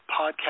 podcast